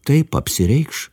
taip apsireikš